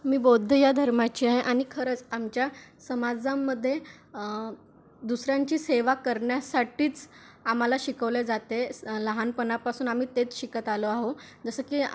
मी बौद्ध या धर्माची आहे आणि खरंच आमच्या समाजामध्ये दुसऱ्यांची सेवा करण्यासाठीच आम्हाला शिकवले जाते लहानपणापासून आम्ही तेच शिकत आलो आहो जसं की